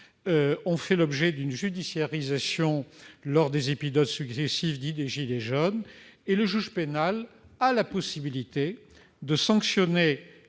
-ont fait l'objet d'une judiciarisation lors des épisodes successifs du mouvement des « gilets jaunes ». Le juge pénal a la possibilité de sanctionner